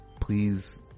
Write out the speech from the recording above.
please